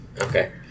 Okay